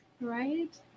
Right